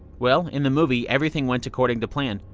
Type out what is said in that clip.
well, in the movie everything went according to plan.